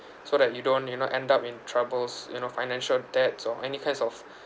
so that you don't you know end up in troubles you know financial debts or any kinds of